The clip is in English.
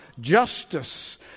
justice